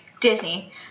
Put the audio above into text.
Disney